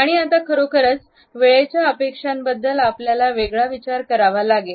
आणि आता खरोखरच वेळेच्या अपेक्षांबद्दल आपल्याला वेगळा विचार करावा लागेल